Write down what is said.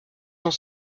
cent